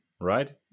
right